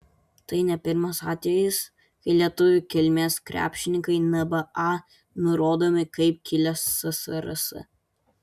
tai ne pirmas atvejis kai lietuvių kilmės krepšininkai nba nurodomi kaip kilę ssrs